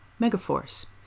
Megaforce